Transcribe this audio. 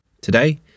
Today